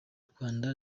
rwanda